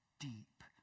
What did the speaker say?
deep